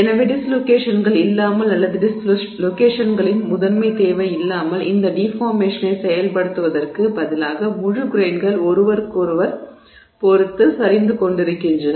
எனவே டிஸ்லோகேஷன்கள் இல்லாமல் அல்லது டிஸ்லோகேஷன்களின் முதன்மை தேவை இல்லாமல் இந்த டிஃபார்மேஷனை செயல்படுத்துவதற்கு பதிலாக முழு கிரெய்ன்கள் ஒருவருக்கொருவர் பொறுத்து சரிந்து கொண்டிருக்கின்றன